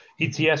ETS